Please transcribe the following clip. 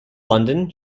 london